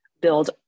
build